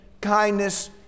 kindness